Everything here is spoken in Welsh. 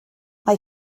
mae